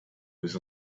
was